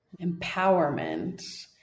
Empowerment